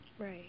Right